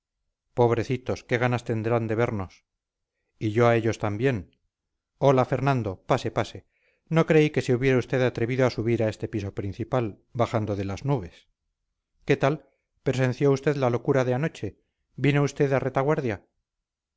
pobrecitos qué ganas tendrán de vernos y yo a ellos también hola fernando pase pase no creí que se hubiera usted atrevido a subir a este piso principal bajando de las nubes qué tal presenció usted la locura de anoche vino usted a retaguardia